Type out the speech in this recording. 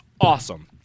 awesome